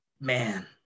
Man